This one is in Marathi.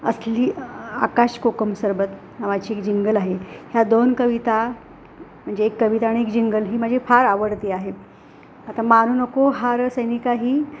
असली आकाश कोकम सरबत नावाची एक जिंगल आहे ह्या दोन कविता म्हणजे एक कविता आणि एक जिंगल ही माझी फार आवडती आहे आता मानू नको हार सैनिका ही